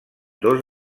dos